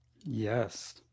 Yes